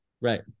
Right